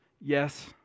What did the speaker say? Yes